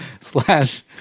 slash